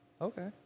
Okay